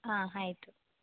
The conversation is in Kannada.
ಹಾಂ ಆಯಿತು